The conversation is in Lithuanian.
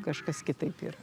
kažkas kitaip yra